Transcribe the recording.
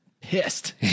pissed